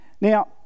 Now